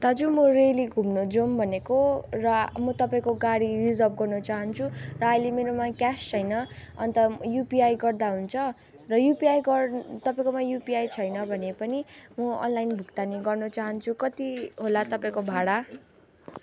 दाजु म रेलिङ घुम्न जाउँ भनेको र म तपाईँको गाडी रिजर्भ गर्न चाहन्छु र अहिले मेरोमा क्यास छैन अन्त युपिआई गर्दा हुन्छ र युपिआई गरेर तपाईँकोमा युपिआई छैन भने पनि म अनलाइन भुक्तानी गर्न चाहन्छु कति होला तपाईँको भाडा